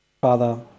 Father